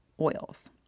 oils